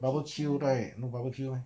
barbecue right no barbecue meh